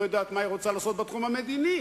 יודעת מה היא רוצה לעשות בתחום המדיני.